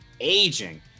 aging